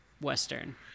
western